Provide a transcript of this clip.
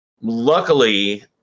Luckily